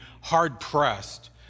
hard-pressed